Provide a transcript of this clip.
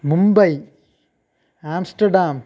Mumbai Amsterdam